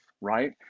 right